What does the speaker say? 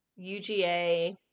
uga